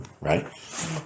right